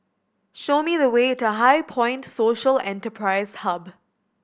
show me the way to HighPoint Social Enterprise Hub